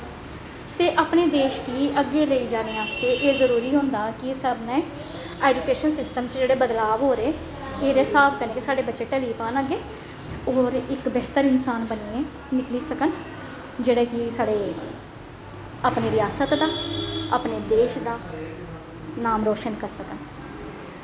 ते अपने देश गी अग्गें लेई जाने आस्तै एह् जरूरी होंदा कि सब ने ऐजुकेशन सिस्टम च जेह्ड़े बदलाव होआ दे एह्दे स्हाब कन्नै गै साढ़े बच्चे ढली पान अग्गें होर इक बेह्तर इंसान बनियै निकली सकन जेह्ड़े कि साढ़ी अपनी रियासत दा अपने देश दा नाम रोशन करी सकन